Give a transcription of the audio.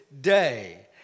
day